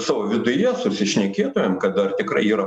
savo viduje susišnekėtumėm kad ar tikrai yra